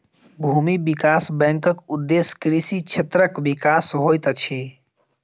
भूमि विकास बैंकक उदेश्य कृषि क्षेत्रक विकास होइत अछि